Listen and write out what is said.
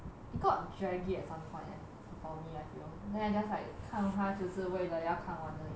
it got draggy at some point for me I feel then I just like 看它就是为了要看完而已 lor